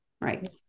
Right